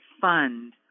fund